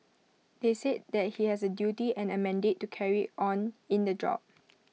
they said that he has A duty and A mandate to carry on in the job